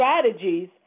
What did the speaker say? strategies